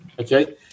Okay